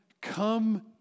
come